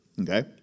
Okay